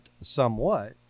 somewhat